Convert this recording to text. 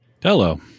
Hello